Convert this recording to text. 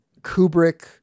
Kubrick